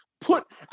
put